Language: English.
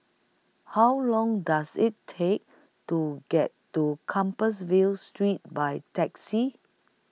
How Long Does IT Take to get to Compassvale Street By Taxi